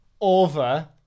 over